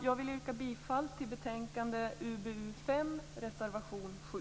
Jag yrkar bifall till reservation 7 vid betänkandet UbU5.